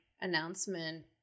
announcement